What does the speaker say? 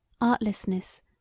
artlessness